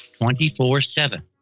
24-7